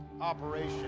operation